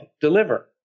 deliver